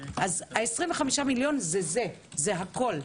אז ה-25 מיליון זה זה, זה הכול.